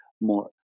more